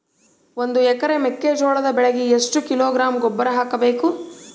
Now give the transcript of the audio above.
ಒಂದು ಎಕರೆ ಮೆಕ್ಕೆಜೋಳದ ಬೆಳೆಗೆ ಎಷ್ಟು ಕಿಲೋಗ್ರಾಂ ಗೊಬ್ಬರ ಹಾಕಬೇಕು?